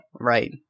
Right